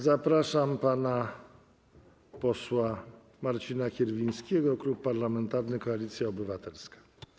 Zapraszam pana posła Marcina Kierwińskiego, Klub Parlamentarny Koalicja Obywatelska.